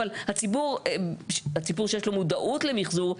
אבל הציבור שיש לו מודעות למיחזור,